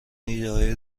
ایدههای